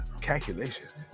calculations